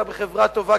אתה בחברה טובה,